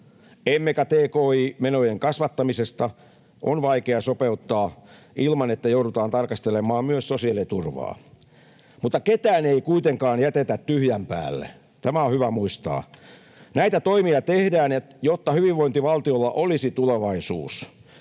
emmekä tki-menojen kasvattamisesta. On vaikeaa sopeuttaa ilman, että joudutaan tarkastelemaan myös sosiaaliturvaa, mutta ketään ei kuitenkaan jätetä tyhjän päälle. Tämä on hyvä muistaa. Näitä toimia tehdään, jotta hyvinvointivaltiolla olisi tulevaisuus.